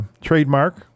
Trademark